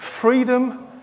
freedom